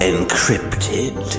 Encrypted